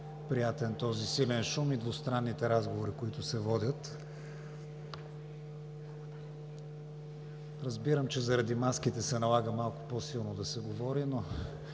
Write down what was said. приятен този силен шум и двустранните разговори, които се водят. Разбирам, че заради маските се налага малко по-силно да се говори, ако